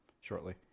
shortly